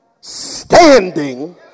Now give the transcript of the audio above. standing